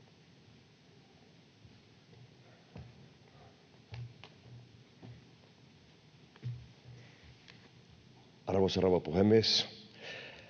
Arvoisa rouva puhemies!